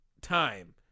time